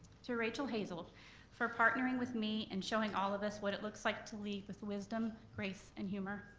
to rachel hazel for partnering with me and showing all of us what it looks like to lead with wisdom, grace, and humor,